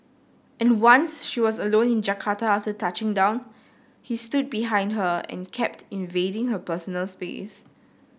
and once she was alone in Jakarta after touching down he stood behind her and kept invading her personal space